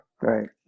Right